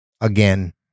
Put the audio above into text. again